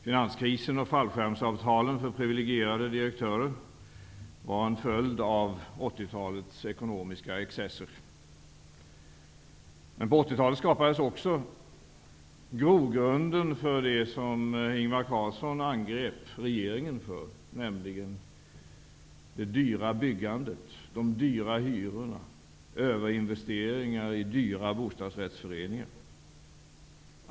Finanskrisen och fallskärmsavtalen för privilegierade direktörer var en följd av 1980-talets ekonomiska excesser. Men då skapades också grogrunden för det som Ingvar Carlsson angrep regeringen för, nämligen det dyra byggandet, de dyra hyrorna och överinvesteringarna i dyra bostadsrättsföreningar.